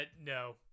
no